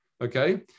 Okay